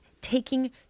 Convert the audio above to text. taking